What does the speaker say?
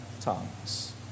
tongues